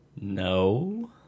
No